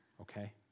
Okay